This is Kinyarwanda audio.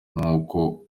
nkuko